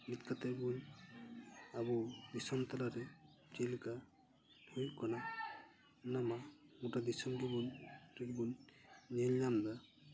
ᱢᱤᱫ ᱠᱟᱛᱮ ᱵᱚᱱ ᱟᱵᱚ ᱫᱤᱥᱚᱢ ᱛᱟᱞᱟᱨᱮ ᱪᱮᱞᱮᱠᱟ ᱦᱩᱭᱩᱜ ᱠᱟᱱᱟ ᱚᱱᱟᱢᱟ ᱜᱚᱴᱟ ᱫᱤᱥᱚᱢ ᱜᱮᱵᱚᱱ ᱠᱚᱨᱮ ᱜᱮᱵᱚᱱ ᱧᱮᱞ ᱧᱟᱢ ᱮᱫᱟ